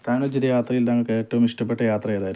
താങ്കൾ ചെയ്ത യാത്രയിൽ താങ്കൾക്ക് ഏറ്റോം ഇഷ്ടപ്പെട്ട യാത്ര ഏതായിരുന്നു